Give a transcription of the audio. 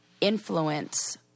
influence